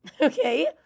okay